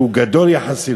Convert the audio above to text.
שהוא גדול יחסית,